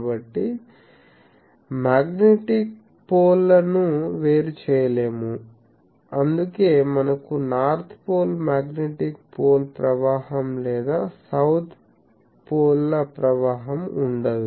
కాబట్టి magnetic pole లను వేరు చేయలేము అందుకే మనకు నార్త్ పోల్ మ్యాగ్నెటిక్ పోల్ ప్రవాహం లేదా సౌత్ పోల్ల ప్రవాహం ఉండదు